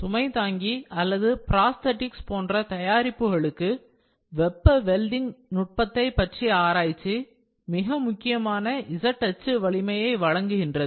சுமை தாங்கி அல்லது புரோஸ்டெடிக்ஸ் போன்ற தயாரிப்புகளுக்கு வெப்ப வெல்டிங் நுட்பத்தைப் பற்றிய ஆராய்ச்சி மிக முக்கியமான z அச்சு வலிமையை வழங்குகிறது